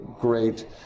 great